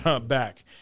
back